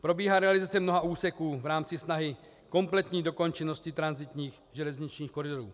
Probíhá realizace mnoha úseků v rámci snahy kompletní dokončenosti tranzitních železničních koridorů.